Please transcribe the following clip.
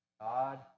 God